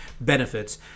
benefits